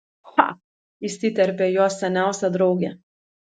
cha įsiterpė jos seniausia draugė